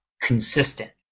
consistent